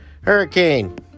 Hurricane